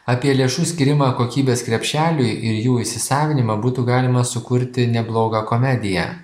apie lėšų skyrimą kokybės krepšeliui ir jų įsisavinimą būtų galima sukurti neblogą komediją